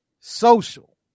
social